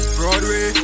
Broadway